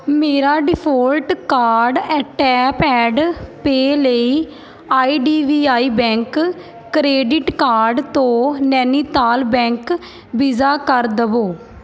ਮੇਰਾ default card ਅ tap and pay ਲਈ I D B I bank credit card ਤੋਂ ਨੈਨੀਤਾਲ ਬੈਂਕ ਵੀਜ਼ਾ ਕਰ ਦੇਵੋ